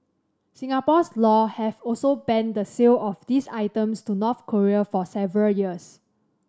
Singapore's laws have also banned the sale of these items to North Korea for several years